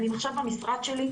אני עכשיו במשרד שלי,